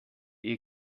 ihr